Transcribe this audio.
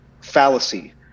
fallacy